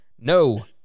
no